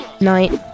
night